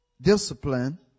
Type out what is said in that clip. discipline